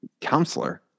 counselor